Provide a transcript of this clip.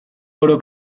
oro